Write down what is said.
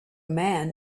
man